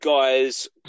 guys